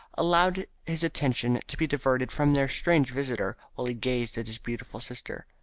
allowed his attention to be diverted from their strange visitor while he gazed at his beautiful sister.